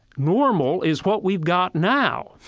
normal is what we've got now.